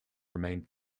remained